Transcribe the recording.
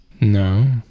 No